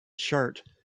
shirt